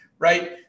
right